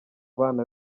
bana